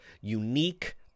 unique